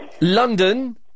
London